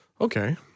Okay